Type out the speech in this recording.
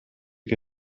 che